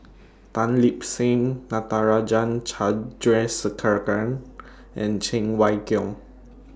Tan Lip Seng Natarajan Chandrasekaran and Cheng Wai Keung